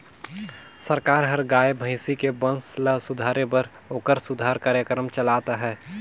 सरकार हर गाय, भइसी के बंस ल सुधारे बर ओखर सुधार कार्यकरम चलात अहे